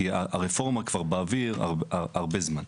כי הרפורמה כבר באוויר הרבה זמן.